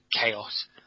chaos